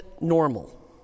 normal